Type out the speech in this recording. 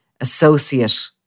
associate